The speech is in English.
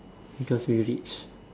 because we rich